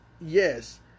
Yes